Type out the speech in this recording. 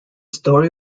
story